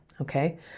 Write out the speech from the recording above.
Okay